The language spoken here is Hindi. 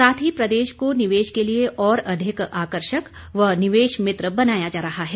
साथ ही प्रदेश को निवेश के लिए और अधिक आकर्षक व निवेश मित्र बनाया जा रहा है